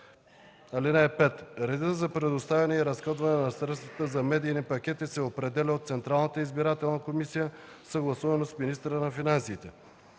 или 2. (5) Редът за предоставянето и разходването на средствата за медийните пакети се определя от Централната избирателна комисия, съгласувано с министъра на финансите.